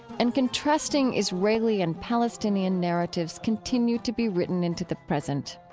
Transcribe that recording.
and contrasting israeli and palestinian narratives continue to be written into the present.